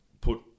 put